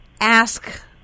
ask